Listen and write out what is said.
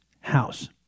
House